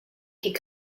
king